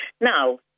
Now